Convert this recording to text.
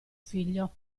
figlio